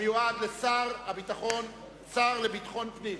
המיועד לשר לביטחון פנים.